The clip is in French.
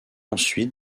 ensuite